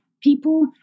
people